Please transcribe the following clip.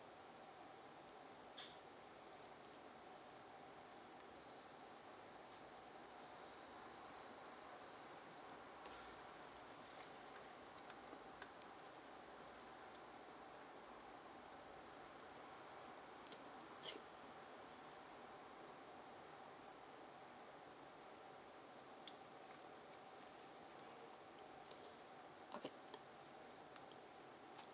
okay